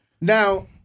Now